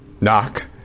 Knock